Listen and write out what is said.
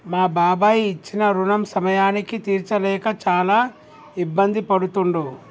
మా బాబాయి ఇచ్చిన రుణం సమయానికి తీర్చలేక చాలా ఇబ్బంది పడుతుండు